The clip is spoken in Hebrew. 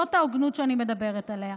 זאת ההוגנות שאני מדברת עליה.